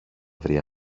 βρει